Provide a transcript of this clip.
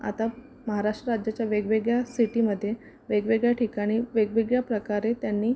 आता महाराष्ट्र राज्याच्या वेगवेगळ्या सिटीमध्ये वेगवेगळ्या ठिकाणी वेगवेगळ्या प्रकारे त्यांनी